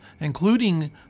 including